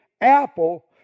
apple